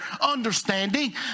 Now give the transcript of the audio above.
understanding